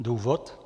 Důvod?